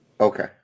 Okay